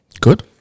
Good